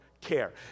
care